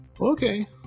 Okay